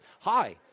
Hi